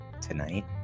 tonight